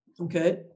Okay